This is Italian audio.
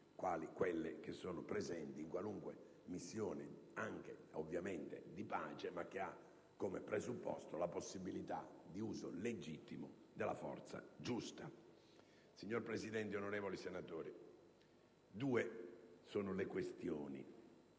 quelle che sono presenti in qualunque missione, anche di pace, il cui presupposto è comunque la possibilità di uso legittimo della forza giusta. Signor Presidente, onorevoli senatori, due sono le questioni